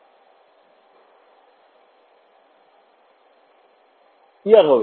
ছাত্র ছাত্রীঃ Er হবে